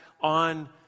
on